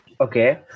Okay